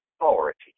authority